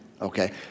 Okay